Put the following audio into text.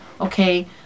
okay